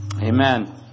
Amen